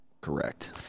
correct